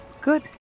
Good